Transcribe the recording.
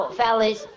fellas